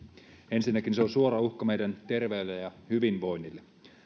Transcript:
ensinnäkin se on suora uhka meidän terveydellemme ja hyvinvoinnillemme